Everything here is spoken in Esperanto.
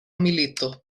milito